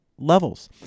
levels